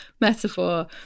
metaphor